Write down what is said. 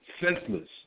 senseless